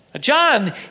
John